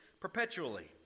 perpetually